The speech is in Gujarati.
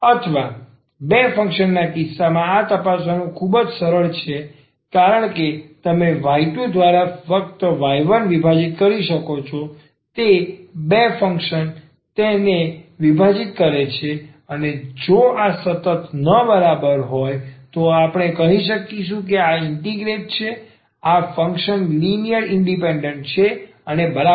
અથવા બે ફંક્શન ના કિસ્સામાં આ તપાસવું ખૂબ જ સરળ છે કારણ કે તમે y2 દ્વારા ફક્ત y1વિભાજિત કરી શકો છો તે બે ફંક્શન ોને વિભાજિત કરે છે અને જો આ સતત ન બરાબર હોય તો આપણે કહીશું કે આ ઇન્ટીગ્રેટ છે આ ફંક્શન લિનિયર ઇન્ડિપેન્ડન્ટ છે અને આ બરાબર છે